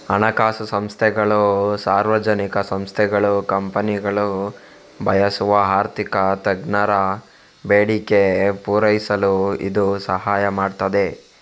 ಹಣಕಾಸು ಸಂಸ್ಥೆಗಳು, ಸಾರ್ವಜನಿಕ ಸಂಸ್ಥೆಗಳು, ಕಂಪನಿಗಳು ಬಯಸುವ ಆರ್ಥಿಕ ತಜ್ಞರ ಬೇಡಿಕೆ ಪೂರೈಸಲು ಇದು ಸಹಾಯ ಮಾಡ್ತದೆ